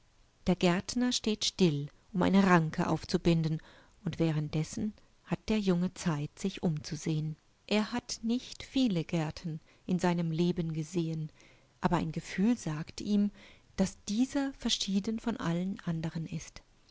der gärtner steht still um eine ranke aufzubinden und währenddessen hat der junge zeit sich umzusehen er hat nicht viele gärten in seinem leben gesehen abereingefühlsagtihm daßdieserverschiedenvonallenanderen ist